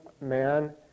man